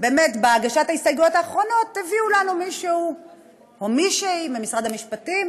בהגשת ההסתייגויות האחרונות הביאו לנו מישהו או מישהי ממשרד המשפטים